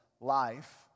life